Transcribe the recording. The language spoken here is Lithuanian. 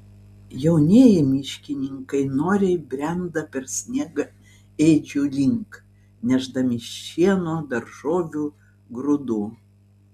jaunieji miškininkai noriai brenda per sniegą ėdžių link nešdami šieno daržovių grūdų